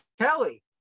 kelly